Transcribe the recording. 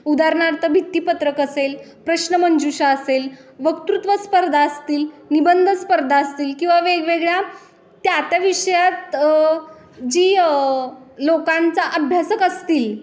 उदाहरणार्थ भीत्तीपत्रक असेल प्रश्न मंजूषा असेल वक्तृत्व स्पर्धा असतील निबंध स्पर्धा असतील किंवा वेगवेगळ्या त्या त्या विषयात जी लोकांचा अभ्यासक असतील